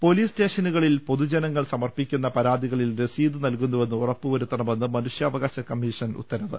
police സ്റ്റേഷനുകളിൽ പൊതുജനങ്ങൾ സമർപ്പിക്കുന്ന പരാതികളിൽ രസീത് നൽകുന്നുവെന്ന് ഉറപ്പുവരുത്തണമെന്ന് മനുഷ്യാവകാശ കമ്മിഷൻ ഉത്ത രവ്